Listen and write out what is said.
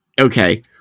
Okay